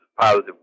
positive